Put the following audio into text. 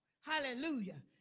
hallelujah